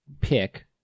pick